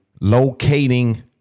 locating